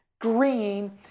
green